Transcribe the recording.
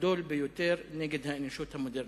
הגדול ביותר נגד האנושות המודרנית.